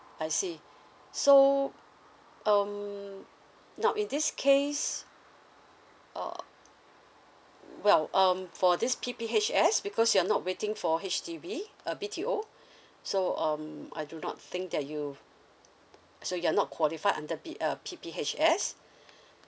I see so um now in this case uh well um for this P_P_H_S because you're not waiting for H_D_B uh B_T_O so um I do not think that you so you're not qualified under P~ uh P_P_H_S